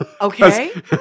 Okay